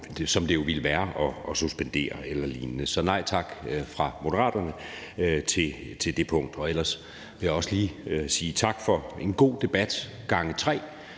det jo ville være at suspendere eller lignende, så Moderaterne siger nej tak til det punkt. Ellers vil jeg også lige sige tak for en god debat – gange tre.